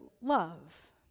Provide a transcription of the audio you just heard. love